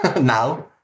Now